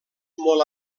molt